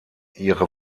ihre